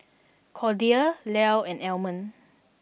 Cordia Lyle and Almond